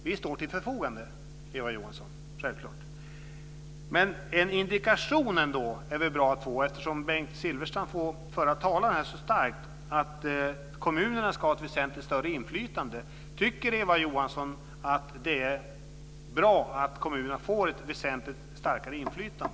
Vi står till förfogande, Eva Johansson. Men det är ändå bra att få en indikation, eftersom Bengt Silfverstrand här så starkt får föra er talan. Tycker Eva Johansson att det är bra att kommunerna får ett väsentligt starkare inflytande?